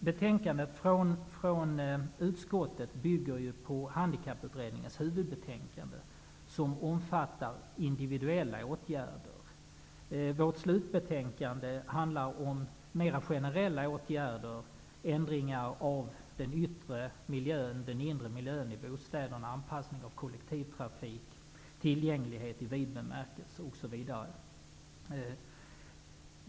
Betänkandet från utskottet bygger ju på Handikapputredningens huvudbetänkande, som omfattar individuella åtgärder. Vårt slutbetänkande handlar om mera generella åtgärder, ändringar av den yttre miljön och av den inre miljön i bostäder, anpassning av kollektivtrafik, tillgänglighet i vid bemärkelse osv.